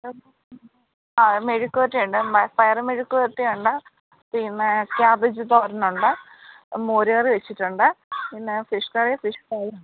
ആ മെഴുക്കുപുരട്ടി ഉണ്ട് മ പയർ മെഴുക്കുപുരട്ടി ഉണ്ട് പിന്നെ കാബേജ് തോരൻ ഉണ്ട് മോര് കറി വെച്ചിട്ടുണ്ട് പിന്നെ ഫിഷ് കറി ഫിഷ് ഫ്രൈ ഉണ്ട്